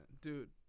dude